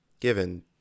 given